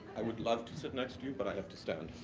i would love to sit next to you, but i have to stand,